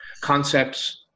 concepts